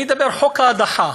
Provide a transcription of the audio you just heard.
אני מדבר, חוק ההדחה: